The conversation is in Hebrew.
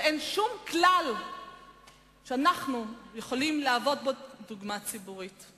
ואין שום כלל שאנחנו יכולים לשמש בו דוגמה ציבורית?